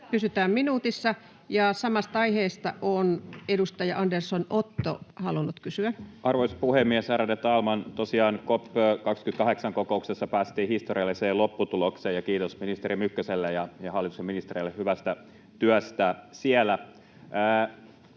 välihuuto] Samasta aiheesta on edustaja Andersson, Otto halunnut kysyä. Arvoisa puhemies, ärade talman! Tosiaan COP 28 ‑kokouksessa päästiin historialliseen lopputulokseen, ja kiitos ministeri Mykkäselle ja hallituksen ministereille hyvästä työstä siellä.